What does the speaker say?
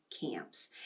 Camps